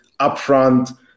upfront